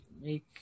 make